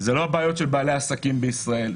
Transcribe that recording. זה לא הבעיות של בעלי העסקים בישראל,